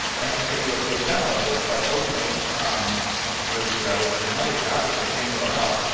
i can show you a quick demo of this by opening rozu-rabbit in another tab with the same yeah url.